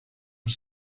een